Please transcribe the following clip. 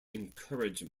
encourage